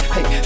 Hey